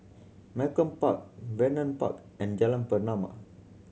Malcolm Park Vernon Park and Jalan Pernama